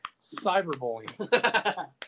cyberbullying